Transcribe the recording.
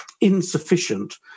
insufficient